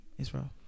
Israel